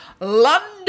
London